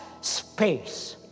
space